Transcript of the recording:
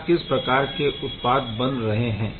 या किस प्रकार के उत्पाद बन रहे है